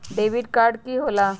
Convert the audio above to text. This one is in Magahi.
डेबिट काड की होला?